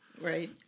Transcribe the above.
Right